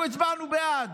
אנחנו הצבענו בעד.